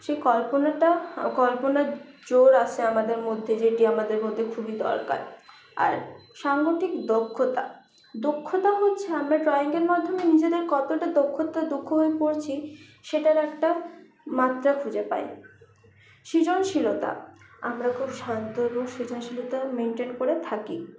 সেই কল্পনাটা কল্পনার জোর আসে আমাদের মধ্যে যেটি আমাদের মধ্যে খুবই দরকার আর সাংঘাতিক দক্ষতা দক্ষতা হচ্ছে আমরা ড্রয়িংয়ের মাধ্যমে নিজেদের কতটা দক্ষতা দক্ষ হয়ে পড়ছি সেটার একটা মাত্রা খুঁজে পাই সৃজনশীলতা আমরা খুব শান্ত এবং সৃজনশীলতা মেন্টেন করে থাকি